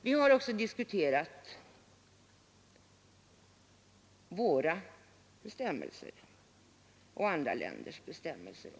Vi har också jämfört våra bestämmelser och andra länders bestämmelser.